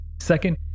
Second